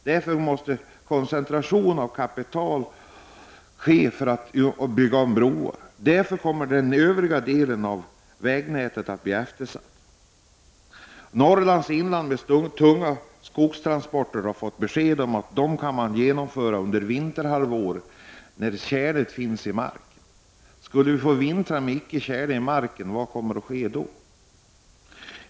Därför måste koncentration av kapital ske, så att broar kan byggas om. Av den anledningen kommer den övriga delen av vägnätet att bli eftersatt. I Norrlands inland har man fått besked om att tunga skogstransporter kan genomföras under vinterhalvåret, när det finns tjäle i marken. Vad kommer att ske om vi skulle få vintrar utan tjäle i marken?